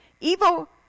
Evil